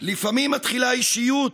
לפעמים מתחילה אישיות